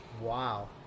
wow